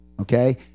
okay